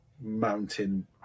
mountain